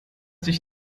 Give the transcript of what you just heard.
sich